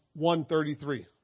133